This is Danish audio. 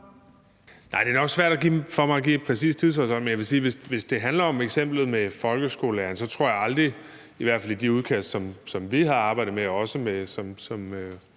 Bek): Det er nok svært for mig at give en præcis tidshorisont, men jeg vil sige, at hvis det handler om eksemplet med folkeskolelæreren, så tror jeg aldrig – i hvert fald i de udkast, som vi har arbejdet med, og som